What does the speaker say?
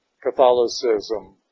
Catholicism